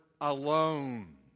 alone